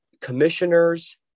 commissioners